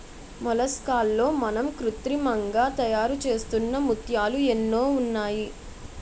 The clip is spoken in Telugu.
మొలస్కాల్లో మనం కృత్రిమంగా తయారుచేస్తున్న ముత్యాలు ఎన్నో ఉన్నాయి